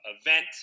event